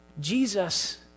Jesus